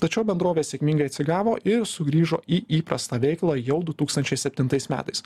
tačiau bendrovė sėkmingai atsigavo ir sugrįžo į įprastą veiklą jau du tūkstančiai septintais metais